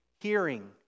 hearing